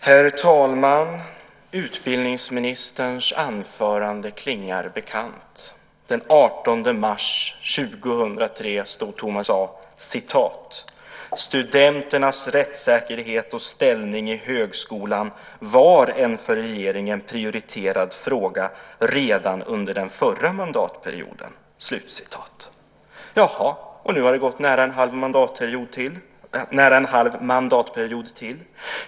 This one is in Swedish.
Herr talman! Utbildningsministerns anförande klingar bekant. Den 18 mars 2003 stod Thomas Östros i riskdagens talarstol och sade: "Studenternas rättssäkerhet och ställning i högskolan var en för regeringen prioriterad fråga redan under den förra mandatperioden." Jaha, och nu har det gått nära en halv mandatperiod till.